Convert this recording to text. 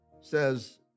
says